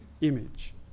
image